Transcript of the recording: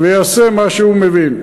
ויעשה מה שהוא מבין.